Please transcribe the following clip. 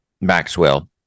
Maxwell